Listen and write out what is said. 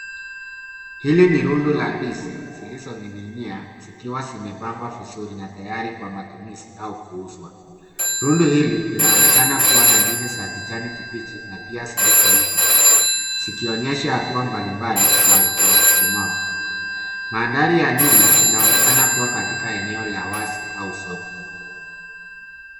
Hili ni rundo la ndizi lilioning'inia likiwa limepangwa vizuri na tayari kwa matumizi au kuuzwa. Rundo hili linaonekana kuwa na ndizi za kijani kibichi na pia zilizoiva, zikionyesha hatua mbalimbali za ukomavu. Mandhari ya nyuma, inaonekana kuwa katika eneo la wazi au soko.